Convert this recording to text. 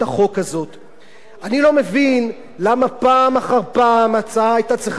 אני לא מבין למה פעם אחר פעם ההצעה היתה צריכה להגיע לוועדת שרים,